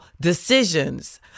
decisions